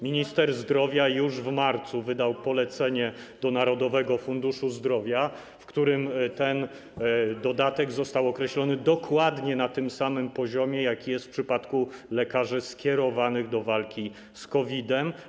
Minister zdrowia już w marcu wydał polecenie do Narodowego Funduszu Zdrowia, w którym ten dodatek został określony dokładnie na tym samym poziomie, jaki jest w przypadku lekarzy skierowanych do walki z COVID-em.